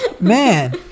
Man